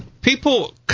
People